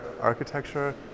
architecture